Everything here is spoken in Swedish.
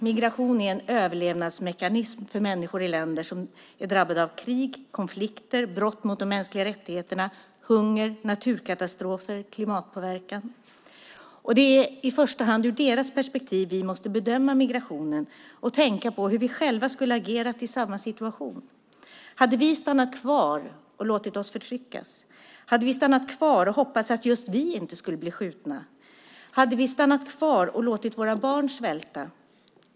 Migration är en överlevnadsmekanism för människor i länder som är drabbade av krig, konflikter, brott mot de mänskliga rättigheterna, hunger, naturkatastrofer och klimatpåverkan. Det är i första hand i deras perspektiv vi måste bedöma migrationen och tänka på hur vi själva skulle ha agerat i samma situation. Hade vi stannat kvar och låtit oss förtryckas? Hade vi stannat kvar och hoppats att just vi inte skulle bli skjutna? Hade vi stannat kvar och låtit våra barn svälta?